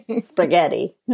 Spaghetti